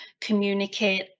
communicate